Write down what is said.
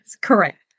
correct